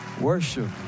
worship